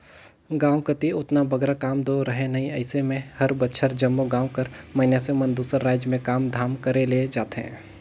गाँव कती ओतना बगरा काम दो रहें नई अइसे में हर बछर जम्मो गाँव कर मइनसे मन दूसर राएज में काम धाम करे ले जाथें